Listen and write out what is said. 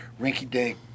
rinky-dink